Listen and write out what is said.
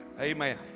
Amen